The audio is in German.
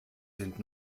sind